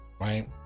Right